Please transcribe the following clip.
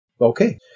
okay